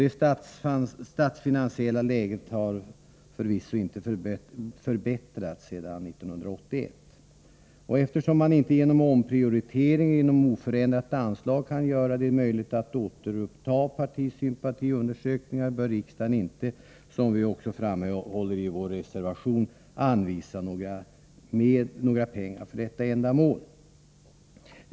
Det statsfinansiella läget har förvisso inte förbättrats sedan 1981, och eftersom man inte genom omprioritering inom oförändrat anslag kan göra det möjligt att återuppta partisympatiundersökningar, bör riksdagen, som vi framhåller i vår reservation, inte anvisa några pengar för detta ändamål.